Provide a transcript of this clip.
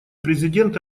президент